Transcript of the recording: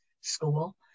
school